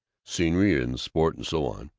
scenery and sport and so on?